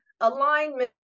alignment